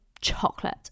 chocolate